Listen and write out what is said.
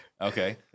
okay